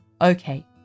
Okay